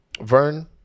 Vern